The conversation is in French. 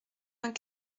vingt